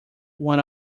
one